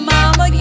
Mama